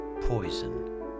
poison